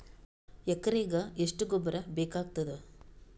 ಎಕರೆಗ ಎಷ್ಟು ಗೊಬ್ಬರ ಬೇಕಾಗತಾದ?